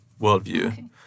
worldview